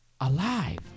alive